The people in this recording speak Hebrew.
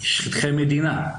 שטחי מדינה,